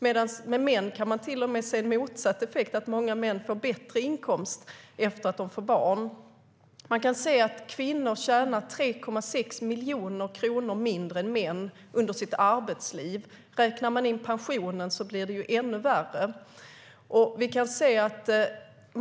För män kan man till och med se motsatt effekt. Många män får bättre inkomst efter att de har blivit föräldrar. Kvinnor tjänar 3,6 miljoner kronor mindre än män under sitt arbetsliv. Räknar man in pensionen blir det ännu värre.